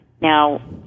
now